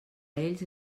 ells